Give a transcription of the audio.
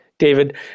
David